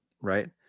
right